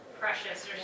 Precious